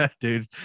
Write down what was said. dude